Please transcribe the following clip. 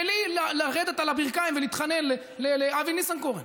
בלי לרדת על הברכיים ולהתחנן לאבי ניסנקורן.